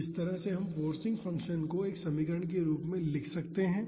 तो इस तरह से हम इस फोर्सिंग फंक्शन को एक समीकरण के रूप में लिख सकते हैं